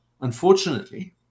unfortunately